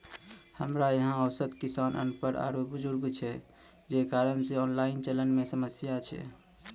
हमरा यहाँ औसत किसान अनपढ़ आरु बुजुर्ग छै जे कारण से ऑनलाइन चलन मे समस्या छै?